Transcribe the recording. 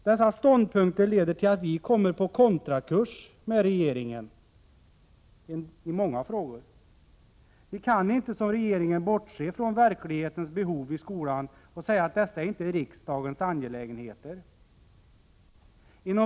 Dessa ståndpunkter leder till att vi kommer på kontrakurs mot regeringen i många frågor. Vi kan inte som regeringen bortse från verklighetens behov i skolan och säga att dessa inte är riksdagens angelägenheter.